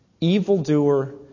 evildoer